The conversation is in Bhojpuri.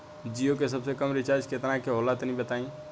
जीओ के सबसे कम रिचार्ज केतना के होला तनि बताई?